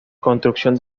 construcción